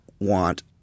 want